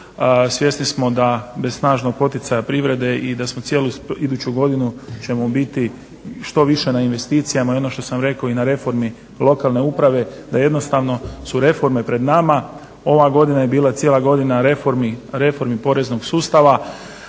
svjesni smo da bez snažnog poticaja privrede i da smo cijelu iduću godinu ćemo biti što više na investicijama, i ono što sam rekao i na reformi lokalne uprave, da jednostavno su reforme pred nama, ova godina je bila cijela godina reformi, reformi poreznog sustava,